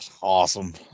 awesome